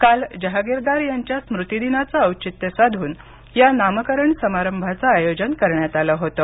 काल जहागिरदार यांच्या स्मृतीदिनाचं औचित्य साधून या नामकरण समारंभाचं आयोजन करण्यात आलं होतं